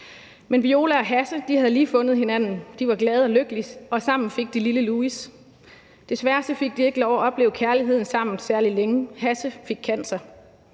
Men Viola og Hasse havde lige fundet hinanden; de var glade og lykkelige, og sammen fik de lille Louis. Desværre fik de ikke lov til at opleve kærligheden sammen særlig længe. Hasse fik cancer.